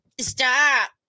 Stop